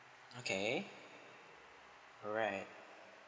okay alright